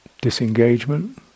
disengagement